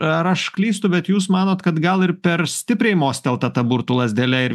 ar aš klystu bet jūs manot kad gal ir per stipriai mostelta ta burtų lazdele ir